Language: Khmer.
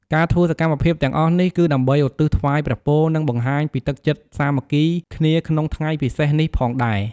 ការធ្វើសកម្មភាពទាំងអស់នេះ គឺដើម្បីឧទ្ទិសថ្វាយព្រះពរ និងបង្ហាញពីទឹកចិត្តសាមគ្គីគ្នាក្នុងថ្ងៃពិសេសនេះផងដែរ។